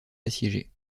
assiégés